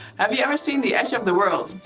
have you ever seen the edge of the world?